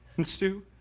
and stu